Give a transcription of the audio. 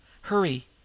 hurry